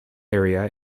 area